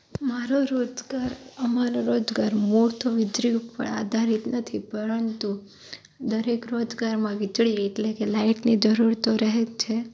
મારો રોજગાર અમારો રોજગાર મૂળ તો વીજળી ઉપર આધારિત નથી પરંતુ દરેક રોજગારમાં વીજળી એટલે કે લાઈટની જરૂર તો રહે જ છે